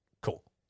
cool